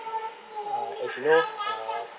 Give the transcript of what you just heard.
uh as you know uh